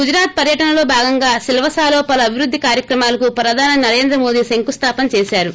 గుజరాత్ పర్యటనలో భాగంగా సిల్వసాలో పలు అభివృద్ధి కార్యక్రమాలకు ప్రధాని నరేంద్ర మోదీ శంకుస్లాపన చేశారు